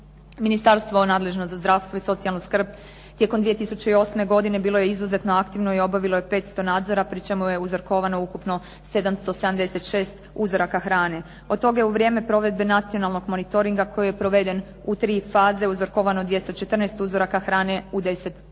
je u vrijeme provedbe nacionalnog monitoringa, koji je proveden u tri faze, uzorkovano 214 uzoraka hrane u 10